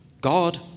God